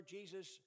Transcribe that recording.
Jesus